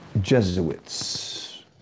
Jesuits